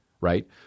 right